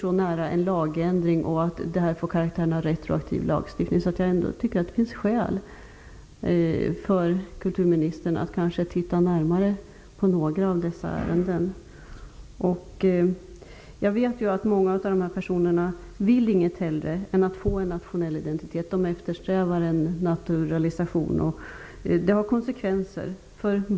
Denna ändring har karaktären av retroaktiv lagstiftning. Därför finns det skäl för kulturministern att titta närmare på några av dessa ärenden. Jag vet att många av dessa personer inte vill något hellre än att få en nationell identitet. De eftersträvar en naturalisation. Detta har konsekvenser.